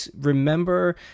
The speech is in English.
remember